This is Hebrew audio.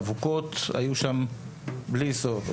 אבוקות היו שם בלי סוף.